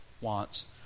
wants